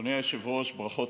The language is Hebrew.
אדוני היושב-ראש, ברכות